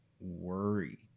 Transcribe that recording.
worry